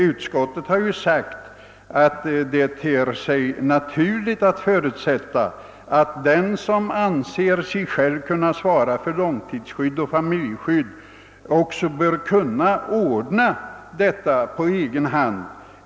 Utskottet anser det naturligt att förutsätta att »den som anser sig själv kunna svara för långtidsskydd och familjeskydd icke alltid kan ordna korttidsskyddet på egen hand.